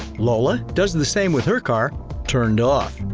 lola, does the same with her car turned off.